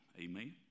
Amen